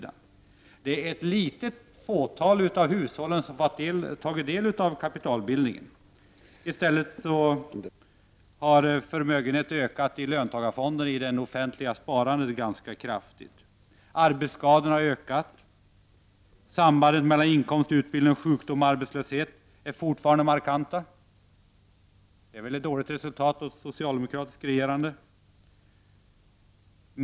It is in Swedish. Endast ett fåtal av hushållen har fått del av kapitalbildningen. I stället har förmögenheterna ökat ganska kraftigt i löntagarfonderna och i det offentliga sparandet. Arbetsskadorna har ökat. Sambanden mellan inkomst, utbildning, sjukdom och arbetslöshet är fortfarande markanta. Det är ett dåligt resultat av det socialdemokratiska regerandet.